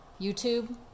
YouTube